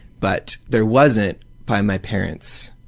but there wasn't by my parents,